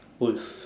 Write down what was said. wolf